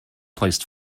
placed